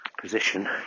position